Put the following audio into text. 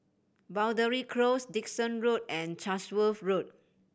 Boundary Close Dickson Road and Chatsworth Road